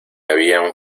habían